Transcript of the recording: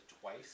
twice